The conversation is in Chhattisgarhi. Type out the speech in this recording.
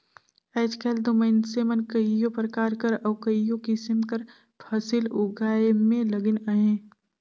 आएज काएल दो मइनसे मन कइयो परकार कर अउ कइयो किसिम कर फसिल उगाए में लगिन अहें